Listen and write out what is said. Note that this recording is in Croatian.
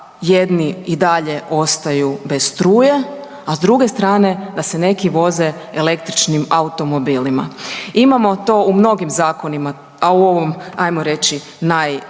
jedni i dalje ostaju bez struje, a s druge strane da se neki voze električnim automobilima. Imamo to u mnogim zakonima, a u ovom ajmo reći najradikalnije